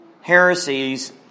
heresies